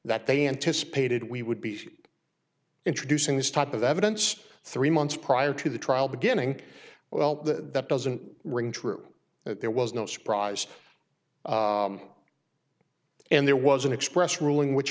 that they anticipated we would be introducing this type of evidence three months prior to the trial beginning well that doesn't ring true that there was no surprise and there was an express ruling which